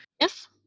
Yes